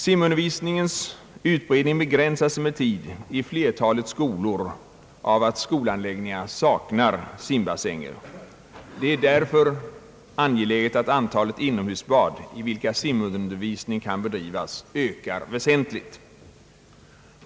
Simundervisningens utbredning <begränsas emellertid i flertalet skolor av att skolanläggningarna saknar simbassänger. Det är därför angeläget att antalet inomhusbad, i vilka simundervisning kan bedrivas, ökar väsentligt.